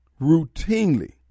routinely